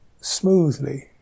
smoothly